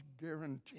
guarantee